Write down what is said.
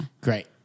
Great